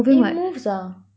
it moves ah